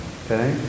okay